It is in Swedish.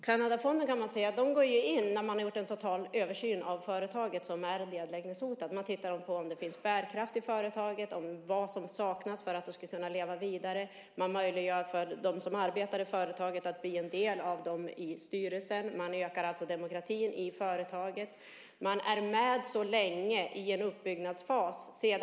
Herr talman! Kanadafonden går in när man har gjort en total översyn av företaget som är nedläggningshotat. Man tittar på om det finns bärkraft i företaget och vad som saknas för att det ska kunna leva vidare. Man möjliggör för dem som arbetar i företaget att bli en del i styrelsen. Man ökar alltså demokratin i företaget. Så länge är man med i en uppbyggnadsfas.